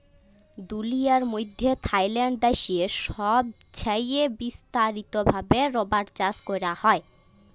দুলিয়ার মইধ্যে থাইল্যান্ড দ্যাশে ছবচাঁয়ে বিস্তারিত ভাবে রাবার চাষ ক্যরা হ্যয়